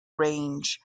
range